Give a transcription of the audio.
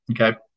okay